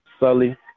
Sully